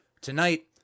Tonight